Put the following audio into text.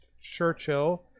Churchill